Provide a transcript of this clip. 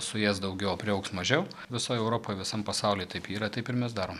suės daugiau o priaugs mažiau visoj europoj visam pasaulyje taip yra taip ir mes darom